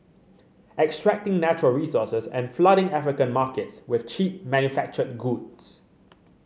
extracting natural resources and flooding African markets with cheap manufactured goods